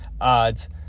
odds